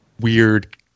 weird